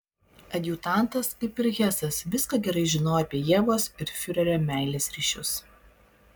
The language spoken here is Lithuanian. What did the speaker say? adjutantas kaip ir hesas viską gerai žinojo apie ievos ir fiurerio meilės ryšius